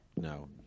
No